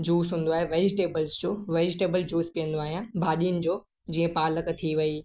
juice हूंदो आहे vegetables जो वैजिटेबल जूस पीअंदो आहियां भाॼियुनि जो जीअं पालक थी वई